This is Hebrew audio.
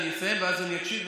אני אסיים ואז אני אקשיב,